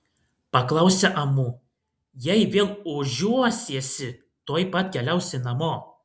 paklausė amu jei vėl ožiuosiesi tuoj pat keliausi namo